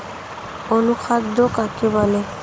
অনুখাদ্য কাকে বলে?